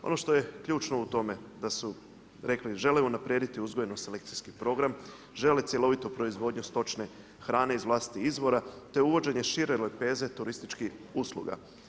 Ono što je ključno u tome da su rekli žele unaprijediti uzgojeni selekcijski program, žele cjelovitu proizvodnju stočne hrane iz vlastitih izvora, te uvođenje šire lepeze turističkih usluga.